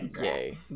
Yay